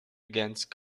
against